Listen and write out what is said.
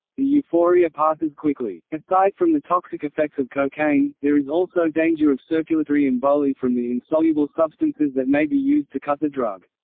the euphoria passes quickly. aside from the toxic effects of cocaine, there is also danger of circulatory emboli from the insoluble substances that may be used to cut the drug.